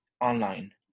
online